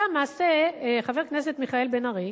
עשה מעשה חבר הכנסת מיכאל בן-ארי,